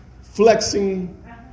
flexing